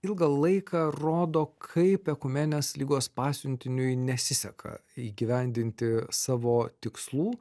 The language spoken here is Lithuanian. ilgą laiką rodo kaip ekumenės lygos pasiuntiniui nesiseka įgyvendinti savo tikslų